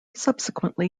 subsequently